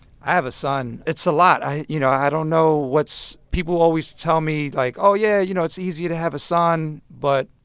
i have a son. it's a lot. you know, i don't know what's people always tell me like, oh, yeah. you know, it's easier to have a son. but,